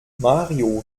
mario